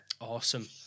awesome